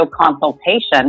consultation